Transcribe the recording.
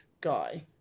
guy